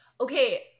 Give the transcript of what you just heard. Okay